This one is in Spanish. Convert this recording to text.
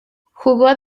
jugó